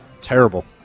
Terrible